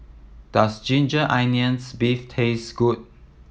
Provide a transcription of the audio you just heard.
does ginger onions beef taste good